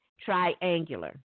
Triangular